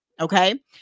Okay